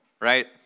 right